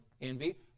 Envy